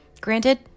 Granted